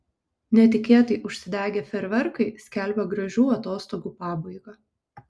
netikėtai užsidegę fejerverkai skelbia gražių atostogų pabaigą